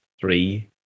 three